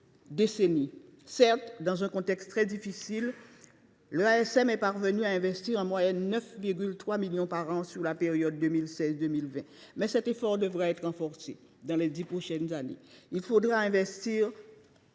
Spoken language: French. décennie. Certes, dans un contexte très difficile, l’EEASM est parvenue à investir en moyenne 9,3 millions d’euros par an au cours de la période 2016 2020, mais cet effort devra être renforcé : dans les dix prochaines années, il faudra à tout